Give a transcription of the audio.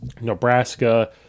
Nebraska